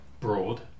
Broad